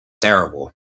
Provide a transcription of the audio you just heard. terrible